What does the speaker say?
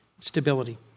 stability